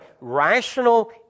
rational